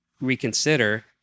reconsider